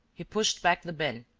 he pushed back the bin,